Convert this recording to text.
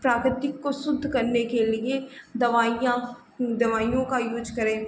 प्रकृति को शुद्ध करने के लिए दवाइयाँ दवाइयों का यूज़ करें